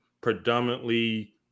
predominantly